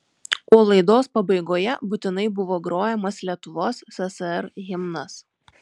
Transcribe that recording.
o laidos pabaigoje būtinai buvo grojamas lietuvos ssr himnas